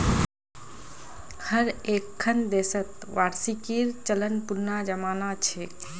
हर एक्खन देशत वार्षिकीर चलन पुनना जमाना छेक